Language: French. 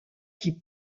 qui